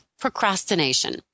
procrastination